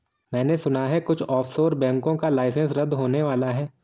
मैने सुना है कुछ ऑफशोर बैंकों का लाइसेंस रद्द होने वाला है